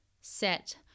set